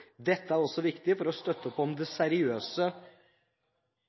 Dette er også viktig for å støtte opp om det seriøse